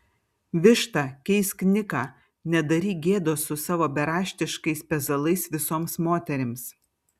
višta keisk niką nedaryk gėdos su savo beraštiškais pezalais visoms moterims